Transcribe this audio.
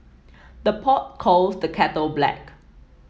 the pot calls the kettle black